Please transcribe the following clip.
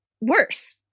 Worse